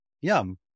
Yum